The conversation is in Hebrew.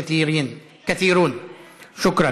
תודה.